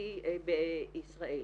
והתעסוקתי בישראל.